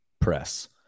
press